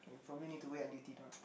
for me need to wait until dinner